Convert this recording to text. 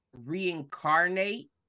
reincarnate